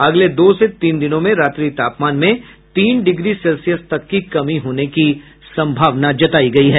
अगले दो से तीन दिनों में रात्रि तापमान में तीन डिग्री सेल्सियस तक कमी होने की संभावना है